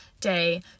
day